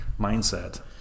mindset